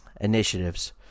Initiatives